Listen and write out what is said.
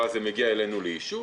זה מגיע אלינו לאישור,